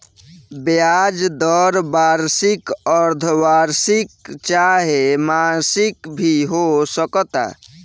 ब्याज दर वार्षिक, अर्द्धवार्षिक चाहे मासिक भी हो सकता